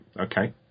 Okay